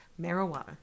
marijuana